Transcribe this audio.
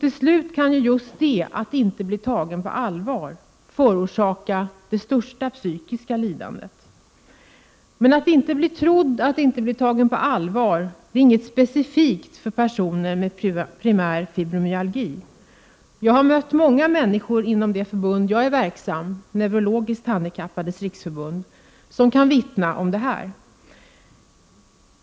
Ändå finns det både typiska symptom och övriga symptom som gör att man kan ställa en ganska säker diagnos om vissa av symptomen föreligger. Att inte bli trodd, att inte bli tagen på allvar, är tyvärr inget specifikt för personer med primär fibromyalgi. Många människor med olika neurologiska symptom kan vittna om samma sak.